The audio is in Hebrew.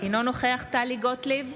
אינו נוכח טלי גוטליב,